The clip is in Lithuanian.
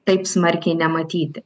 taip smarkiai nematyti